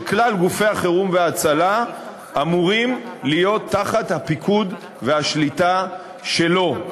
שכלל גופי החירום וההצלה אמורים להיות תחת הפיקוד והשליטה שלו,